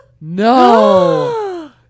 no